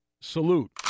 Salute